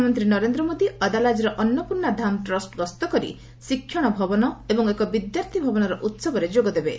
ପ୍ରଧାନମନ୍ତ୍ରୀ ନରେନ୍ଦ୍ର ମୋଦି ଅଦାଲାଜ୍ର ଅନ୍ନପୂର୍ଣ୍ଣା ଧାମ ଟ୍ରଷ୍ଟ ଗସ୍ତ କରି ଶିକ୍ଷଣ ଭବନ ଏବଂ ଏକ ବିଦ୍ୟାର୍ଥୀ ଭବନର ଉତ୍ସବରେ ଯୋଗଦେବେ